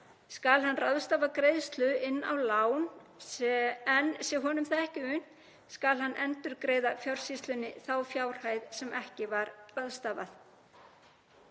skal hann ráðstafa greiðslu inn á lán, en sé honum það ekki unnt skal hann endurgreiða Fjársýslunni þá fjárhæð sem ekki var ráðstafað.